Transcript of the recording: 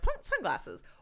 sunglasses